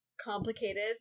complicated